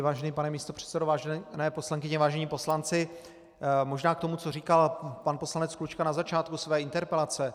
Vážený pane místopředsedo, vážené poslankyně, vážení poslanci, možná k tomu, co říkal pan poslanec Klučka na začátku své interpelace.